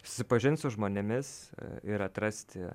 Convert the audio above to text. susipažint su žmonėmis ir atrasti